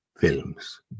films